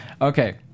Okay